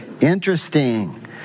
interesting